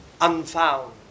unfound